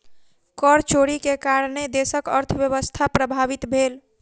कर चोरी के कारणेँ देशक अर्थव्यवस्था प्रभावित भेल